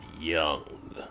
young